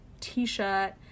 t-shirt